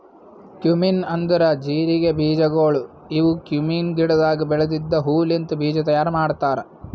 cumin ಅಂದುರ್ ಜೀರಿಗೆ ಬೀಜಗೊಳ್ ಇವು ಕ್ಯುಮೀನ್ ಗಿಡದಾಗ್ ಬೆಳೆದಿದ್ದ ಹೂ ಲಿಂತ್ ಬೀಜ ತೈಯಾರ್ ಮಾಡ್ತಾರ್